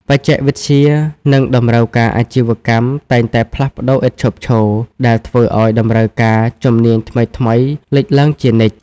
បច្ចេកវិទ្យា និងតម្រូវការអាជីវកម្មតែងតែផ្លាស់ប្ដូរឥតឈប់ឈរ ដែលធ្វើឱ្យតម្រូវការជំនាញថ្មីៗលេចឡើងជានិច្ច។